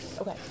Okay